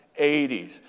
80s